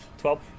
Twelve